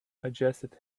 adjusted